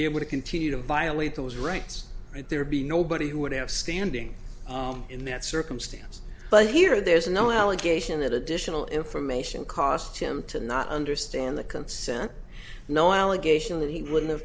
be able to continue to violate those rights and there be nobody who would have standing in that circumstance but here there's no allegation that additional information cost him to not understand the consent no allegation that he would have